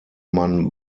man